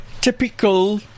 typical